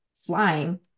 flying